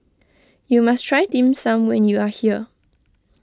you must try Dim Sum when you are here